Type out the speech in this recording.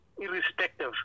irrespective